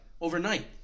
overnight